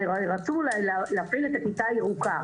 הרי רצו להפעיל את הכיתה הירוקה.